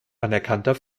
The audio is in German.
anerkannter